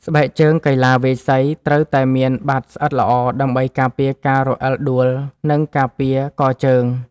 ស្បែកជើងកីឡាវាយសី ត្រូវតែមានបាតស្អិតល្អដើម្បីការពារការរអិលដួល និងការពារកជើង។